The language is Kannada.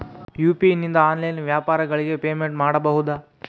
ಯು.ಪಿ.ಐ ನಿಂದ ಆನ್ಲೈನ್ ವ್ಯಾಪಾರಗಳಿಗೆ ಪೇಮೆಂಟ್ ಮಾಡಬಹುದಾ?